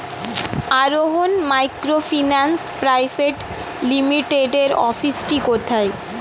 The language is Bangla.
আরোহন মাইক্রোফিন্যান্স প্রাইভেট লিমিটেডের অফিসটি কোথায়?